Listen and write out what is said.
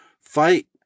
Fight